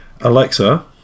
Alexa